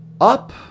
up